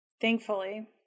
Thankfully